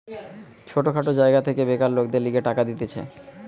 ছোট খাটো জায়গা থেকে বেকার লোকদের লিগে টাকা দিতেছে